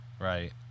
right